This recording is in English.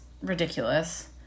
ridiculous